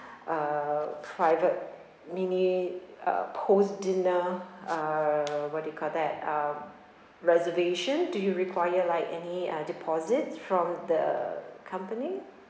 a private mini uh post dinner uh what do you call that uh reservation do you require like any uh deposit from the company